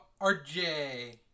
RJ